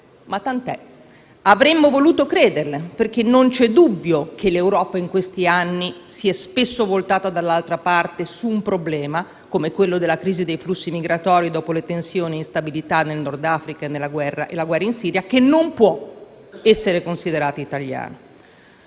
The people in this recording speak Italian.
Ma tant'è. Avremmo voluto crederle, perché non c'è dubbio che l'Europa in questi anni si è spesso voltata dall'altra parte su un problema, come quello della crisi dei flussi migratori dopo le tensioni e instabilità nel Nord Africa e la guerra in Siria, che non può essere considerato italiano.